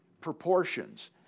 proportions